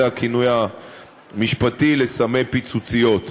זה הכינוי המשפטי לסמי פיצוציות.